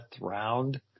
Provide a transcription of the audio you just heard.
round